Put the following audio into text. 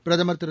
பிரதமர் திரு